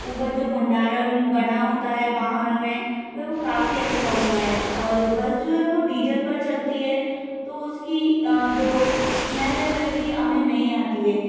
उपर जो भंडारण बना होता है वाहन में वो काफ़ी अच्छा होता है और बस जो है वो डीजल पर चलती है तो उसकी जो इस्मेल है वे भी हमें नही आती है